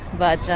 but